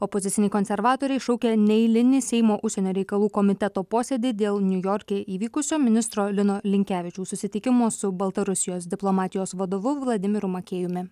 opoziciniai konservatoriai šaukia neeilinį seimo užsienio reikalų komiteto posėdį dėl niujorke įvykusio ministro lino linkevičiaus susitikimo su baltarusijos diplomatijos vadovu vladimiru makėjumi